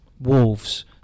Wolves